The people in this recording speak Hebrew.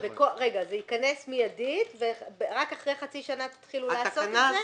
זה ייכנס מידית ורק אחרי חצי שנה תתחילו לעשות את זה?